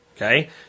Okay